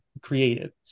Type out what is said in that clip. created